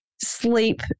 sleep